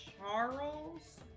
Charles